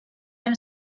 him